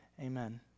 Amen